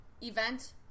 Event